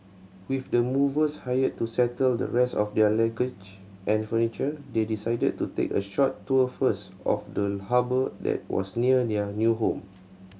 with the movers hired to settle the rest of their luggage and furniture they decided to take a short tour first of the harbour that was near their new home